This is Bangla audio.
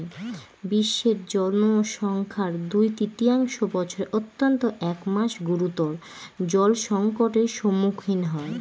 বিশ্বের জনসংখ্যার দুই তৃতীয়াংশ বছরের অন্তত এক মাস গুরুতর জলসংকটের সম্মুখীন হয়